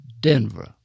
Denver